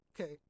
okay